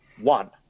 one